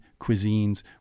cuisines